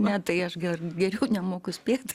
ne tai aš ger geriau nemoku spėt